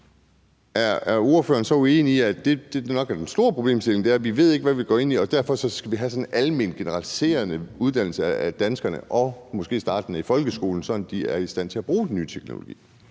er ordføreren så uenig i, at det, der nok er den store problemstilling, er, at vi ikke ved, hvad vi går ind i, og at derfor skal vi have sådan en almen, general uddannelse af danskerne, måske startende i folkeskolen, sådan at de er i stand til at bruge den nye teknologi?